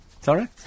Sorry